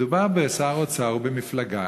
מדובר בשר אוצר, ובמפלגה